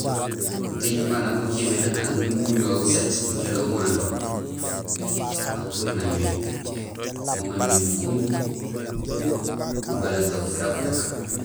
Muting maan inja mucimé aan imbi bugohool buséét, gucilool guŋanto, nang ukuhi nañohi mo moomé mukum, nubéléén to gufira gutak.